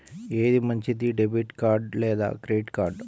ఏది మంచిది, debit card లేదా క్రెడిట్ కార్డ్?